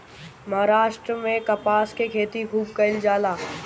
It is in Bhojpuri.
महाराष्ट्र में कपास के खेती खूब कईल जाला